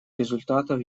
результатов